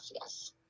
yes